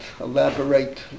elaborate